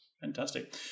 Fantastic